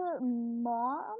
mom